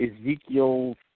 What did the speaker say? Ezekiel